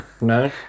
No